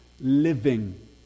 living